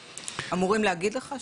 אמורים להגיד לך,